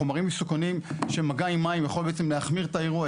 חומרים מסוכנים של מגע עם מים יכול בעצם להחמיר את האירוע,